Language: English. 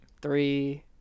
three-